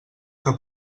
que